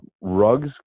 Rugs